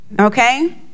okay